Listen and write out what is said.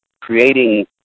creating